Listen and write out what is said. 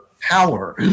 power